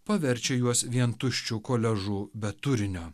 paverčia juos vien tuščiu koliažu be turinio